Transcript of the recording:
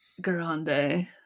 Grande